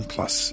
Plus